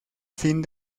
fin